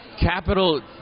capital